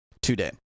today